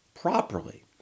properly